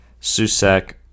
Susek